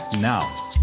Now